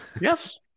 yes